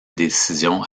décisions